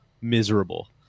miserable